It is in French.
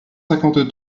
cinquante